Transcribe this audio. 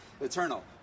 eternal